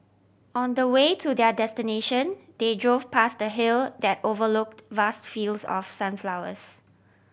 on the way to their destination they drove past a hill that overlooked vast fields of sunflowers